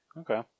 Okay